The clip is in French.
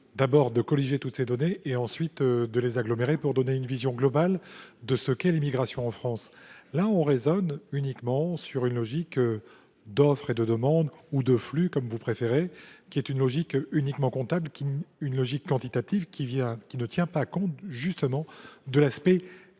d’abord, de colliger toutes ces données et, ensuite, de les utiliser pour donner une vision globale de ce qu’est l’immigration en France. Là, vous raisonnez uniquement sur une logique d’offre et de demande ou de flux. C’est une logique uniquement comptable, une logique quantitative, qui ne tient pas compte, justement, de l’aspect qualitatif.